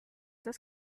das